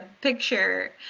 picture